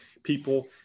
people